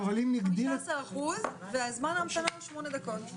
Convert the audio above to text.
15% וזמן ההמתנה הוא שמונה דקות.